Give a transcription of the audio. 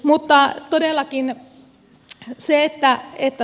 mutta todellakin se että